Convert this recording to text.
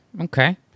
Okay